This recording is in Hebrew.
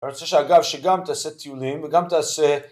אני רוצה שאגב שגם תעשה טיולים וגם תעשה...